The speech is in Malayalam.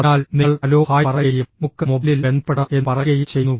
അതിനാൽ നിങ്ങൾ ഹലോ ഹായ് പറയുകയും നമുക്ക് മൊബൈലിൽ ബന്ധപ്പെടാം എന്ന് പറയുകയും ചെയ്യുന്നു